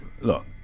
look